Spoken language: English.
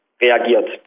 reagiert